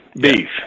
beef